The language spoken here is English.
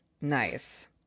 Nice